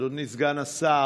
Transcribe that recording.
אדוני סגן השר,